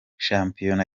shampiyona